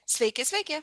sveiki sveiki